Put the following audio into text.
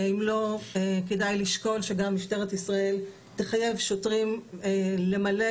אם לא כדאי לשקול שגם משטרת ישראל תחייב שוטרים למלא